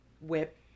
whip